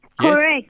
Correct